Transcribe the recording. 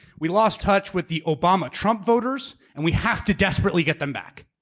we lost touch with the obama trump voters. and we have to desperately get them back.